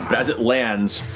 as it lands,